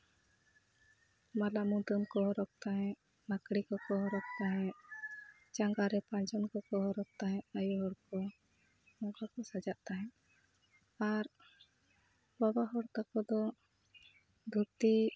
ᱢᱟᱞᱟ ᱢᱩᱫᱟᱹᱢ ᱠᱚ ᱦᱚᱨᱚᱜᱽ ᱛᱟᱦᱮᱸᱡ ᱵᱟᱠᱲᱤ ᱠᱚᱠᱚ ᱦᱚᱨᱚᱜᱽ ᱛᱟᱦᱮᱸᱡ ᱡᱟᱸᱜᱟᱨᱮ ᱯᱟᱭᱡᱚᱱ ᱠᱚᱠᱚ ᱦᱚᱨᱚᱜᱽ ᱛᱟᱦᱮᱸᱡ ᱟᱭᱩ ᱵᱟᱵᱟ ᱠᱚ ᱱᱚᱝᱠᱟ ᱠᱚ ᱥᱟᱡᱟᱜ ᱛᱟᱦᱮᱸᱡ ᱟᱨ ᱵᱟᱵᱟ ᱦᱚᱲ ᱛᱟᱠᱚ ᱫᱚ ᱫᱷᱩᱛᱤ